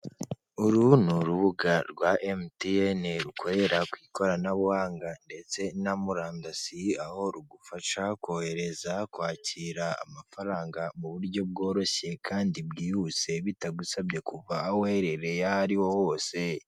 Uru ni urubuga rwa Emutiyene rukorera ku ikoranabuhanga ndetse na murandasi, aho rugufasha kohereza, kwakira amafaranga mu buryo bworoshye kandi bwihuse, bitagusabye kuva aho uherereye aho ari ho hose.